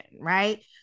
Right